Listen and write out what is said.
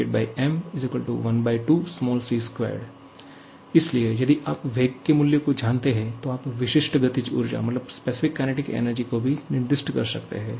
KeKEm12c2 इसलिए यदि आप वेग के मूल्य को जानते हैं तो आप विशिष्ट गतिज ऊर्जा को भी निर्दिष्ट कर सकते हैं